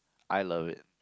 I love it